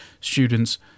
students